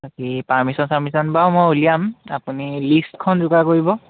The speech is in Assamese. তাকেই পাৰ্মিশ্য়ন চাৰ্মিশন বাৰু মই ওলিয়াম আপুনি লিষ্টখন যোগাৰ কৰিব